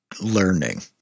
learning